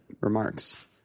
remarks